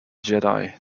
jedi